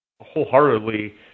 wholeheartedly